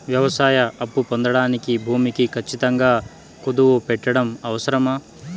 వ్యవసాయ అప్పు పొందడానికి భూమిని ఖచ్చితంగా కుదువు పెట్టడం అవసరమా?